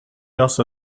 also